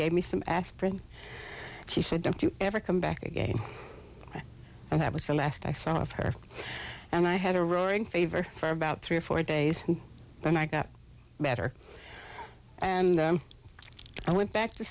gave me some aspirin she said don't you ever come back again and that was the last i saw of her and i had a roaring favor for about three or four days when i got better and i went back to